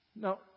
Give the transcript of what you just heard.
Now